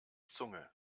zunge